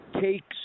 takes